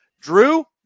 Drew